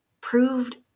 proved